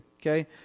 Okay